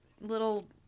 little